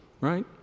right